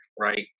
right